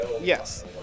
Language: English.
Yes